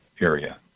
area